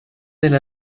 del